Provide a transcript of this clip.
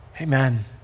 Amen